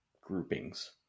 groupings